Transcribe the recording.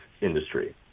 industry